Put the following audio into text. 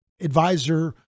advisor